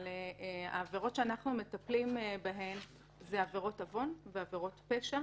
העבירות שאנחנו מטפלים בהן זה עבירות עוון ועבירות פשע,